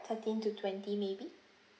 thirteen to twenty maybe